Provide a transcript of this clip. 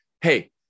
Hey